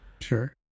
sure